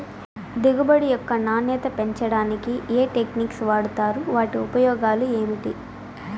దిగుబడి యొక్క నాణ్యత పెంచడానికి ఏ టెక్నిక్స్ వాడుతారు వాటి ఉపయోగాలు ఏమిటి?